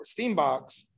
Steambox